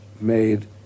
made